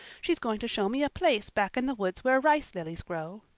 she's going to show me a place back in the woods where rice lilies grow.